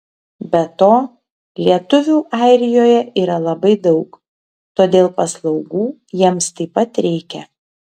be to lietuvių airijoje yra labai daug todėl paslaugų jiems taip pat reikia